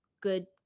good